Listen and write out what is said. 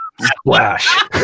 Splash